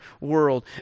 world